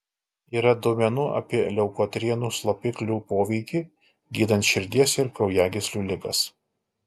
yra duomenų apie leukotrienų slopiklių poveikį gydant širdies ir kraujagyslių ligas